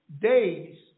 day's